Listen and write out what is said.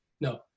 no